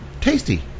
Tasty